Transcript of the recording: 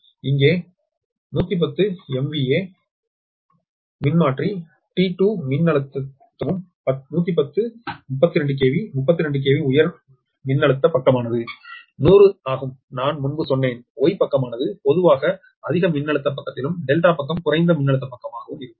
இங்கே 110 MVA மின்மாற்றி T2 மின்னழுத்தமும் 11032 kV 32 KV உயர் மின்னழுத்த பக்கமானது 100 ஆகும் நான் முன்பு சொன்னேன் Y பக்கமானது பொதுவாக அதிக மின்னழுத்த பக்கத்திலும் Δ பக்கம் குறைந்த மின்னழுத்த பக்கமாகவும் இருக்கும்